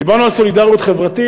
דיברנו על סולידריות חברתית.